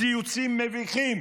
ציוצים מביכים